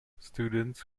students